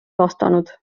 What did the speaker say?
vastanud